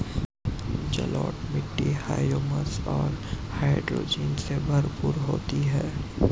जलोढ़ मिट्टी हृयूमस और नाइट्रोजन से भरपूर होती है